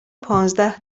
پانزده